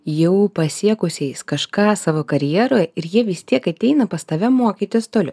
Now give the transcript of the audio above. jau pasiekusiais kažką savo karjeroj ir jie vis tiek ateina pas tave mokytis toliau